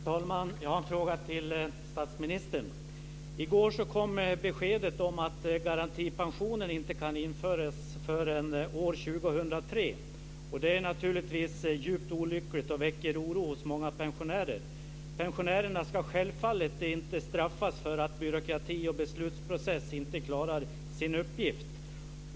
Fru talman! Jag har en fråga till statsministern. I går kom beskedet att garantipensionen inte kan införas förrän år 2003. Det är naturligtvis djupt olyckligt och väcker oro hos många pensionärer. Pensionärerna ska självfallet inte straffas för att byråkrati och beslutsprocess inte klarar sin uppgift.